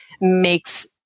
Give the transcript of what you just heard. makes